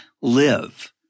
live